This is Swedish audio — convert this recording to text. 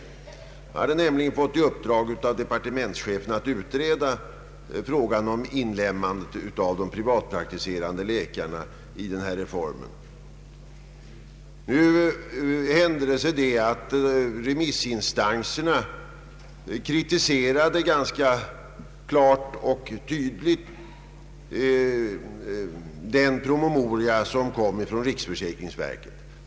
Verket hade nämligen fått i uppdrag av departementschefen att utreda frågan om inlemmandet av de privatpraktiserande läkarna i reformen. Nu hände det sig att remissinstanserna ganska klart och tydligt kritiserade riksförsäkringsverkets promemoria.